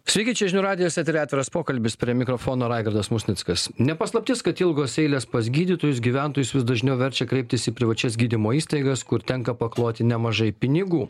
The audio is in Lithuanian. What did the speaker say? sveiki čia žinių radijas eteryje atviras pokalbis prie mikrofono raigardas musnickas ne paslaptis kad ilgos eilės pas gydytojus gyventojus vis dažniau verčia kreiptis į privačias gydymo įstaigas kur tenka pakloti nemažai pinigų